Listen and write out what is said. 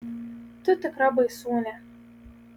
tu tikra baisūnė